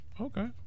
Okay